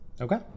Okay